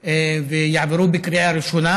החוקה ויעברו בקריאה ראשונה,